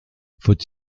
faut